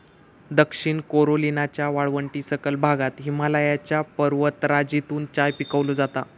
दक्षिण कॅरोलिनाच्या वाळवंटी सखल भागात हिमालयाच्या पर्वतराजीतून चाय पिकवलो जाता